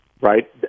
right